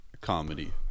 comedy